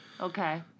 Okay